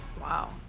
Wow